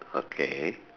okay